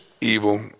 evil